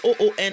OON